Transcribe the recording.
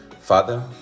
Father